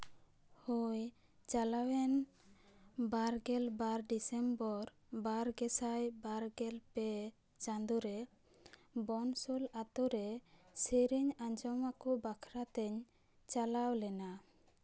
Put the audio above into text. ᱦᱳᱭ ᱪᱟᱞᱟᱣᱮᱱ ᱵᱟᱨ ᱜᱮᱞ ᱵᱟᱨ ᱰᱤᱥᱮᱢᱵᱚᱨ ᱵᱟᱨ ᱜᱮᱥᱟᱭ ᱵᱟᱨ ᱜᱮᱞ ᱯᱮ ᱪᱟᱸᱫᱳ ᱨᱮ ᱵᱚᱱᱥᱳᱞ ᱟᱛᱳᱨᱮ ᱥᱮᱨᱮᱧ ᱟᱸᱡᱚᱢ ᱟᱠᱚᱧ ᱵᱟᱠᱷᱨᱟ ᱛᱮᱧ ᱪᱟᱞᱟᱣ ᱞᱮᱱᱟ